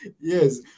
Yes